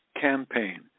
campaign